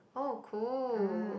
oh cool